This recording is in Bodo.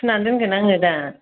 सुनानै दोनगोन आंङो दा